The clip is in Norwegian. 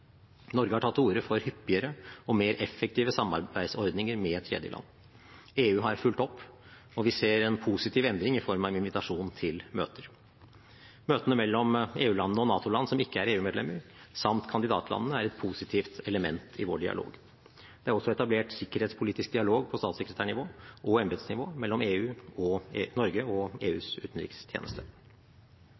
Norge har tatt til orde for hyppigere og mer effektive samarbeidsordninger med tredjeland. EU har fulgt opp, og vi ser en positiv endring i form av invitasjon til møter. Møtene mellom EU-landene og NATO-land som ikke er EU-medlemmer, samt kandidatlandene, er et positivt element i vår dialog. Det er også etablert sikkerhetspolitisk dialog på statssekretærnivå og embetsnivå mellom Norge og EUs utenrikstjeneste.